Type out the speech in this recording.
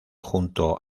junto